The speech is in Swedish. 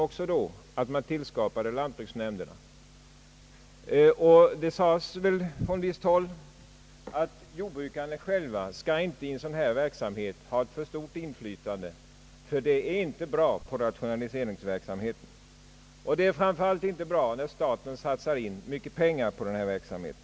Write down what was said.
Det var mycket stark irritation när lantbruksnämnderna tillskapades, och det sades från visst håll att jordbrukarna själva inte borde ha för stort inflytande på en sådan här verksamhet, ty det skulle inte vara bra för rationaliseringssträvandena. Det skulle framför allt inte vara bra, när staten satsar mycket pengar på sådan verksamhet.